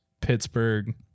Pittsburgh